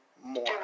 more